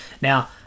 now